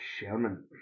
Sherman